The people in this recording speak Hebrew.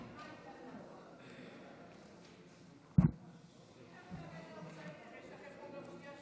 27. אני קובעת שהצעת חוק סמכויות מיוחדות